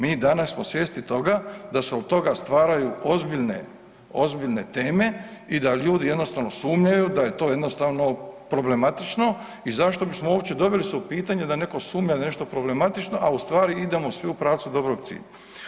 Mi danas smo svjesni toga da se od toga stvaraju ozbiljne teme i da ljudi jednostavno sumnjaju da je to jednostavno problematično i zašto bismo uopće doveli se u pitanje da neko sumnja da je nešto problematično, a ustvari idemo svi u pravcu dobrog cilja.